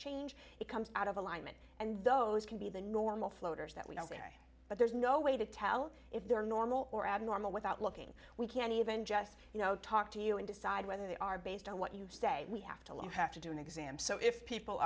change it comes out of alignment and those can be the normal floaters that we all say but there's no way to tell if they're normal or abnormal without looking we can even just you know talk to you and decide whether they are based on what you say we have to learn have to do an exam so if people